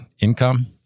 income